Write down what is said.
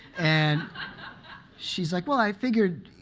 and she's like, well, i figured,